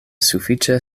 sufiĉe